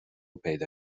پیدا